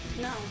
No